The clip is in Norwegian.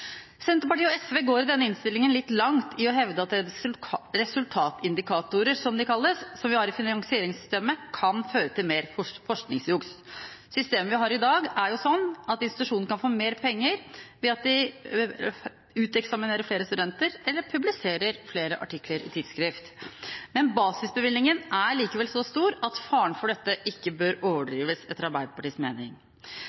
Senterpartiet og SV går i denne innstillingen litt langt i å hevde at resultatindikatorer – som de kalles – som vi har i finansieringssystemet, kan føre til mer forskningsjuks. Systemet vi har i dag, er jo sånn at institusjonen kan få mer penger ved at den uteksaminerer flere studenter eller publiserer flere artikler i tidsskrift. Men basisbevilgningen er likevel så stor at faren for dette ikke bør